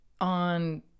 on